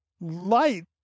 light